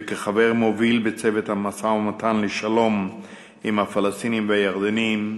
וכחבר מוביל בצוות המשא-ומתן לשלום עם הפלסטינים והירדנים,